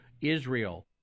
Israel